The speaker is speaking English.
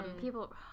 people